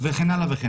וכן הלאה.